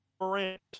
Morant